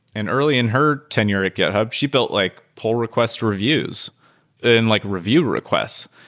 and early in her tenure at github, she built like pull request reviews and like review requests,